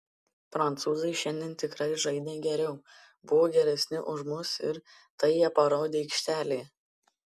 prancūzai šiandien tikrai žaidė geriau buvo geresni už mus ir tai jie parodė aikštelėje